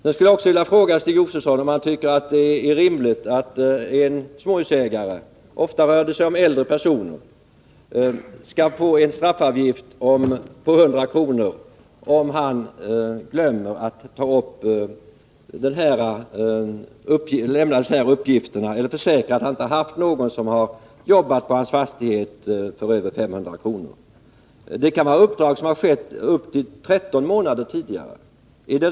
Jag vill också fråga Stig Josefson om han tycker att det är rimligt att en småhusägare — det rör sig ofta om äldre personer — skall betala en straffavgift på 100 kr., om han glömmer att lämna dessa uppgifter eller felaktigt försäkrar att han inte haft någon som har jobbat på sin fastighet för över 500 kr. Det kan ju röra sig om uppdrag som har utförts upp till 13 månader före deklarationstillfället.